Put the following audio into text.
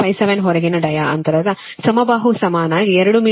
57 ಹೊರಗಿನ ಡಯಾ ಅಂತರದ ಸಮಬಾಹು ಸಮನಾಗಿ 2 ಮೀಟರ್ ಮಧ್ಯದ ಬಳಕೆಯ ನಾಮಮಾತ್ರ ವಿಧಾನ